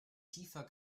tiefer